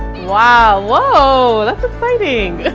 whoa, that's exciting.